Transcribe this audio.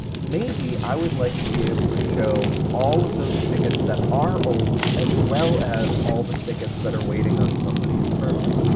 maybe i would like to be able to show all of those tickets that are old, as well as all the tickets that are waiting on somebody internally.